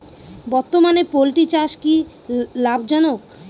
বর্তমানে পোলট্রি চাষ কি লাভজনক?